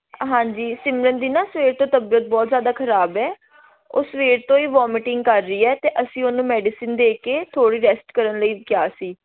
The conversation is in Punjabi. ਹਾਂਜੀ ਸਿਮਰਨ ਦੀ ਨਾ ਸਵੇਰ ਤੋਂ ਤਬੀਅਤ ਬਹੁਤ ਜ਼ਿਆਦਾ ਖਰਾਬ ਹੈ ਉਹ ਸਵੇਰ ਤੋਂ ਹੀ ਵੋਮਟਿੰਗ ਕਰ ਰਹੀ ਹੈ ਅਤੇ ਅਸੀਂ ਉਹਨੂੰ ਮੈਡੀਸਨ ਦੇ ਕੇ ਥੋੜ੍ਹੀ ਰੈਸਟ ਕਰਨ ਲਈ ਕਿਹਾ ਸੀ